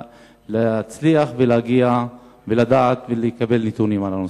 להצליח ולהגיע ולדעת ולקבל נתונים על הנושא?